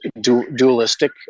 dualistic